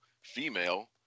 female